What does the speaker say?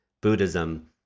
Buddhism